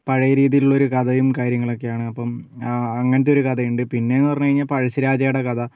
പഴയ രീതിയിലുള്ള ഒരു കഥയും കാര്യങ്ങളൊക്കെയാണ് അപ്പം അങ്ങനത്തെ ഒരു കഥയുണ്ട് പിന്നേന്നു പറഞ്ഞു കഴിഞ്ഞാൽ പഴശ്ശിരാജയുടെ കഥ